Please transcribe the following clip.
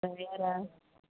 dryer आहे